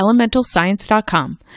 elementalscience.com